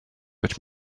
but